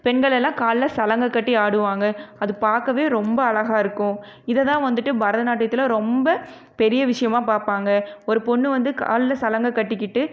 பெண்கள் எல்லாம் காலில் சலங்கை கட்டி ஆடுவாங்க அது பார்க்கவே ரொம்ப அழகாக இருக்கும் இதை தான் வந்துட்டு பரதநாட்டியத்தில் ரொம்ப பெரிய விஷயமாக பார்ப்பாங்க ஒரு பொண்ணு வந்து காலில் சலங்கை கட்டிக்கிட்டு